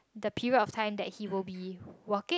the period of time that he will be working